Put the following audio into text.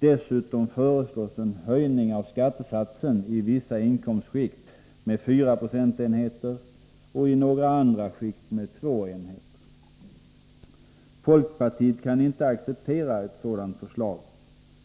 Dessutom föreslås en höjning av skattesatsen i vissa inkomstsskikt med 4 procentenheter och i några andra skikt med 2 procentenheter. Folkpartiet kan inte acceptera ett sådant förslag.